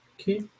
Okay